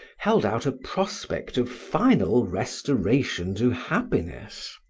held out a prospect of final restoration to happiness.